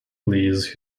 please